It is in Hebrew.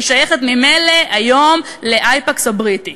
היא שייכת ממילא היום ל"אייפקס" הבריטית.